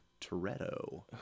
Toretto